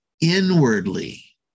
inwardly